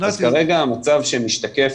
אז כרגע המצב שמשתקף,